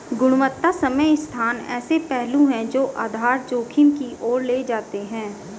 गुणवत्ता समय स्थान ऐसे पहलू हैं जो आधार जोखिम की ओर ले जाते हैं